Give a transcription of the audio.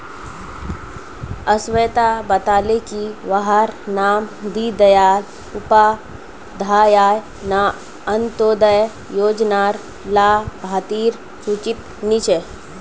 स्वेता बताले की वहार नाम दीं दयाल उपाध्याय अन्तोदय योज्नार लाभार्तिर सूचित नी छे